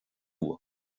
nua